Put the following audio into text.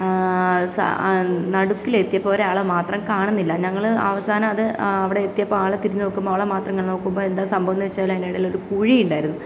നടുക്കിലെത്തിയപ്പോൾ ഒരാളെ മാത്രം കാണുന്നില്ല ഞങ്ങൾ അവസാനം അത് അവിടെ എത്തിയപ്പോൾ ആളെ തിരിഞ്ഞ് നോക്കുമ്പോൾ അവളെ മാത്രം അങ്ങനെ നോക്കുമ്പോൾ എന്താ സംഭവം എന്ന് വെച്ചാൽ അതിൻ്റെ ഇടയിലൊരു കുഴി ഉണ്ടായിരുന്നു